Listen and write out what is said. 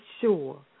sure